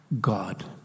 God